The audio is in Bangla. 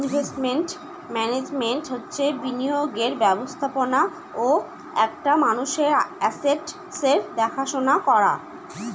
ইনভেস্টমেন্ট মান্যাজমেন্ট হচ্ছে বিনিয়োগের ব্যবস্থাপনা ও একটা মানুষের আসেটসের দেখাশোনা করা